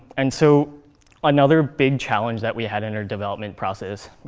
and so another big challenge that we had in our development process,